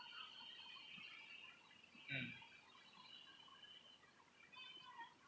mm